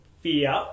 fear